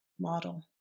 model